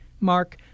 Mark